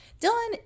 Dylan